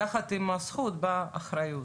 יחד עם הזכות באה אחריות.